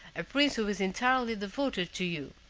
a prince who is entirely devoted to you.